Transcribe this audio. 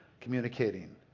Communicating